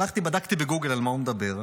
הלכתי ובדקתי בגוגל על מה הוא מדבר.